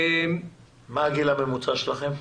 מה הגיל הממוצע שלכם?